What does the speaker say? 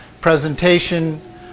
presentation